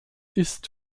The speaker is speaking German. ist